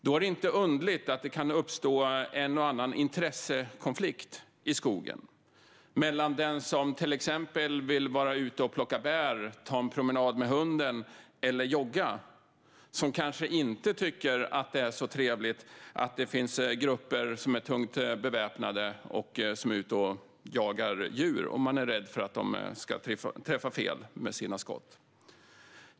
Då är det inte underligt att det kan uppstå en och annan intressekonflikt i skogen mellan jägare och den som till exempel vill vara ute och plocka bär, ta en promenad med hunden eller jogga och som kanske inte tycker att det är så trevligt att det finns grupper som är tungt beväpnade och är ute och jagar djur. Man är rädd för att de ska träffa fel med sina skott.